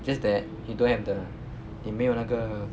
just that you don't have the 你没有那个